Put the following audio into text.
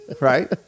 Right